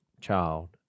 child